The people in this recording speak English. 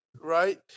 right